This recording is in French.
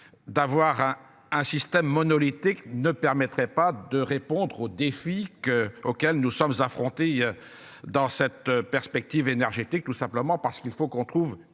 D'avoir un, un système monolithique ne permettrait pas de répondre au défi que auxquels nous sommes affrontés. Dans cette perspective énergétique tout simplement parce qu'il faut qu'on trouve